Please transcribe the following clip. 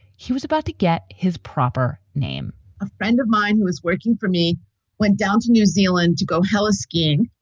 he was about to get his proper name a friend of mine who was working for me went down to new zealand to go hallis skiing.